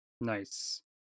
nice